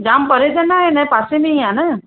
जाम परे त न आहे न पासे में ई आहे न